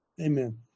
Amen